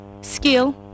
skill